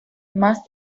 más